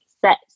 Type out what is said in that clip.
set